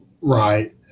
Right